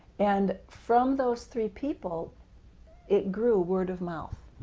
and from those three people it grew, word of mouth.